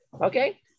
Okay